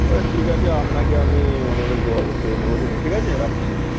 ও ঠিক আছে আপনাকে আমি মোটামুটি যোগাযোগ করে নেবো খনে ঠিক আছে রাখছি